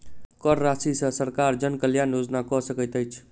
कर राशि सॅ सरकार जन कल्याण योजना कअ सकैत अछि